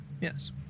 yes